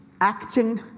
Acting